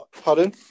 Pardon